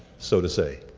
so to say.